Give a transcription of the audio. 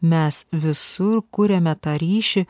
mes visur kuriame tą ryšį